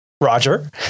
Roger